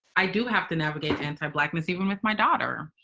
i do have to navigate anti-blackness even with my daughter.